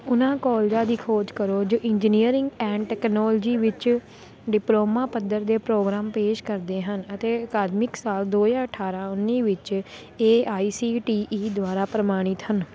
ਉਹਨਾਂ ਕੋਲਜਾਂ ਦੀ ਖੋਜ ਕਰੋ ਜੋ ਇੰਜਨੀਅਰਿੰਗ ਐਂਡ ਟੈਕਨੋਲਜੀ ਵਿੱਚ ਡਿਪਲੋਮਾ ਪੱਧਰ ਦੇ ਪ੍ਰੋਗਰਾਮ ਪੇਸ਼ ਕਰਦੇ ਹਨ ਅਤੇ ਅਕਾਦਮਿਕ ਸਾਲ ਦੋ ਹਜ਼ਾਰ ਅਠਾਰਾਂ ਉੱਨੀ ਵਿੱਚ A I C T E ਦੁਆਰਾ ਪ੍ਰਵਾਨਿਤ ਹਨ